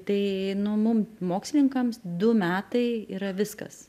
tai nu mum mokslininkams du metai yra viskas